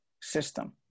system